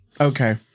Okay